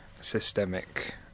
systemic